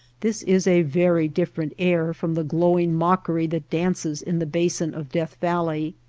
this is a very different air from the glowing mockery that dances in the basin of death valley.